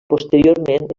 posteriorment